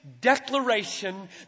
declaration